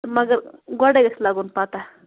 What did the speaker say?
مگر گۄڈَے گژھِ لَگُن پتہ